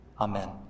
Amen